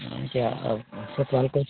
हाँ क्या आप फ़ुटबाल कोच